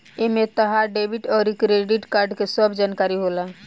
एमे तहार डेबिट अउर क्रेडित कार्ड के सब जानकारी होला